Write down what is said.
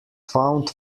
found